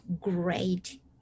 great